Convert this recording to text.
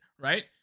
right